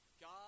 God